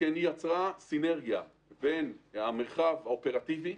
שכן היא יצרה סינרגיה בין המרחב האופרטיבי,